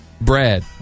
Brad